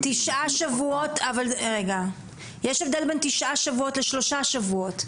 --- יש הבדל בין תשעה שבועות לשלושה שבועות.